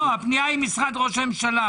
הפנייה היא של משרד ראש הממשלה,